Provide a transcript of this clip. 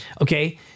Okay